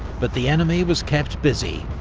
but the enemy was kept busy,